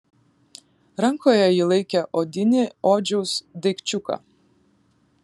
rankoje ji laikė odinį odžiaus daikčiuką